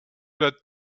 let